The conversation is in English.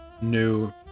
new